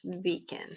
beacon